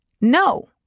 No